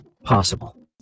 possible